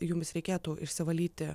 jums reikėtų išsivalyti